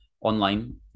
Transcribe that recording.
online